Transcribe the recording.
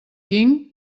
king